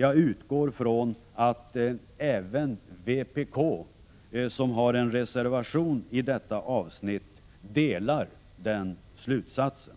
Jag utgår från att även vpk, som har en reservation i detta avsnitt, delar den slutsatsen.